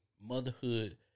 Motherhood